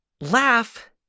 laugh